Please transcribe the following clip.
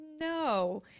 no